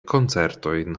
koncertojn